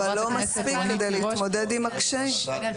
אבל לא מספיק כדי להתמודד עם הקשיים.